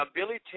Billy